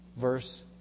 Verse